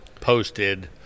posted